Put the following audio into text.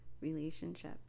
relationship